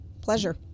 Pleasure